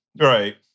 Right